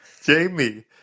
Jamie